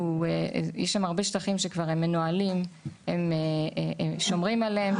יש הרבה שטחים שכבר מנוהלים, שומרים עליהם.